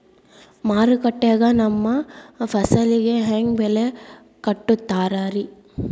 ಮಾರುಕಟ್ಟೆ ಗ ನಮ್ಮ ಫಸಲಿಗೆ ಹೆಂಗ್ ಬೆಲೆ ಕಟ್ಟುತ್ತಾರ ರಿ?